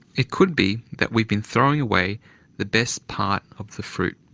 it could be that we've been throwing away the best part of the fruit.